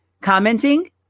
commenting